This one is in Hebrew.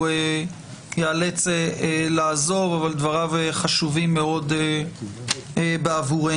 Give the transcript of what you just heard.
הוא ייאלץ לעזוב, אבל דבריו חשובים מאוד בעבורנו.